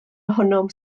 ohonom